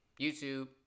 YouTube